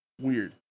Weird